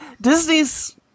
Disney's